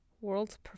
World's